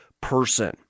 person